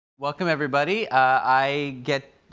welcome everybody. i get,